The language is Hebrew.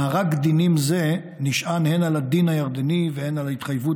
מאגר דינים זה נשען הן על הדין הירדני והן על התחייבות